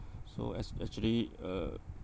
so as actually uh